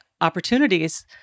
opportunities